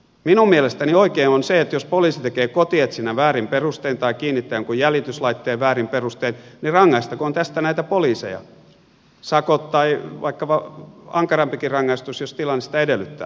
minun mielestäni oikein on se että jos poliisi tekee kotietsinnän väärin perustein tai kiinnittää jonkun jäljityslaitteen väärin perustein niin rangaistakoon tästä näitä poliiseja sakot tai vaikkapa ankarampikin rangaistus jos tilanne sitä edellyttää